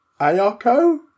Ayako